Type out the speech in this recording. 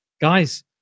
guys